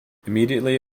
immediately